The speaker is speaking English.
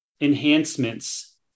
enhancements